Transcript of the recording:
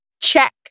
Check